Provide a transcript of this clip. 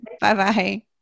Bye-bye